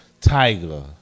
tiger